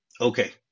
Okay